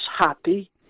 happy